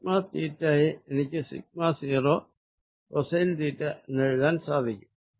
sigma theta യെ എനിക്ക് sigma 0 cosine theta എന്നെഴുതാൻ സാധിക്കും